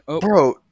Bro